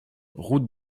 route